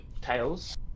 Tails